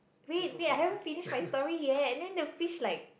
wait wait I haven't finished my story yet then the fish like